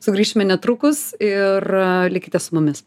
sugrįšime netrukus ir likite su mumis